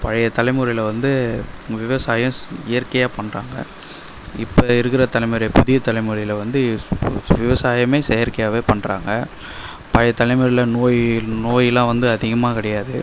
பழைய தலைமுறையில் வந்து விவசாயம் சு இயற்கையாக பண்ணுறாங்க இப்போ இருக்கிற தலைமுறை புதிய தலைமுறையில் வந்து விவசாயமே செயற்கையாகவே பண்ணுறாங்க பழைய தலைமுறையில் நோய் நோயெல்லாம் வந்து அதிகமாக கிடையாது